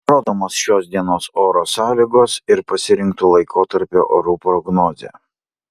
rodomos šios dienos oro sąlygos ir pasirinkto laikotarpio orų prognozė